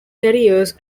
terriers